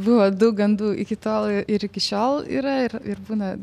buvo daug gandų ir iki tol ir iki šiol yra ir ir būna